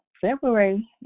February